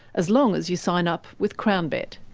as long as you sign up with crownbet.